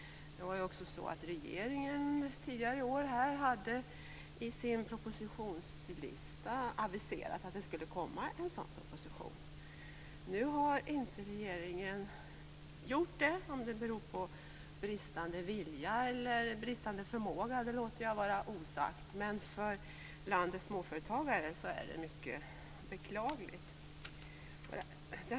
Tidigare i år hade regeringen i sin propositionsförteckning aviserat att det skulle komma en sådan proposition. Nu har inte regeringen lagt fram någon sådan, om det beror på bristande vilja eller på bristande förmåga låter jag vara osagt, men för landets småföretagare är det mycket beklagligt.